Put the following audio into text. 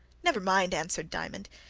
never mind, answered diamond.